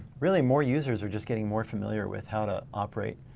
really more users are just getting more familiar with how to operate.